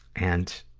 and